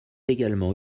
également